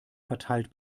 verteilt